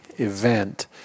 Event